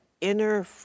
inner